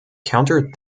countered